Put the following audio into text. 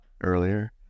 earlier